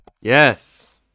Yes